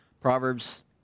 Proverbs